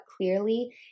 clearly